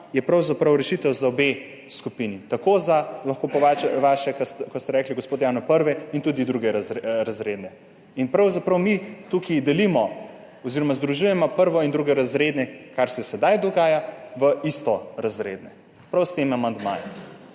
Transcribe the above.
je pravzaprav rešitev za obe skupini, tako za, lahko po vaše, kot ste rekli, gospod Janev, prvo- in tudi drugorazredne. In pravzaprav mi tukaj združujemo prvo- in drugorazredne, kar se sedaj dogaja, v istorazredne, prav s tem amandmajem.